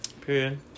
Period